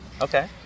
Okay